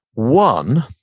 one,